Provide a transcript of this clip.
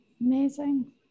amazing